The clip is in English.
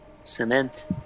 cement